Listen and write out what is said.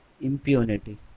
impunity